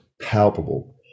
palpable